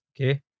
Okay